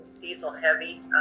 diesel-heavy